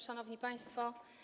Szanowni Państwo!